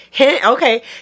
Okay